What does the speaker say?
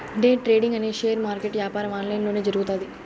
day trading అనే share market యాపారం online లొనే జరుగుతాది